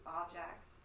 objects